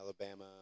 Alabama